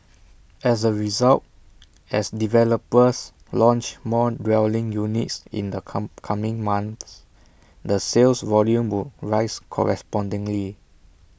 as A result as developers launch more dwelling units in the come coming months the sales volume would rise correspondingly